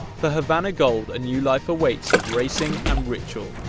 for havana gold, a new life awaits of racing and ritual.